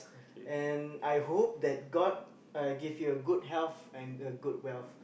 and I hope that god uh give you a good health and a good wealth